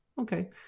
Okay